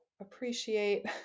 appreciate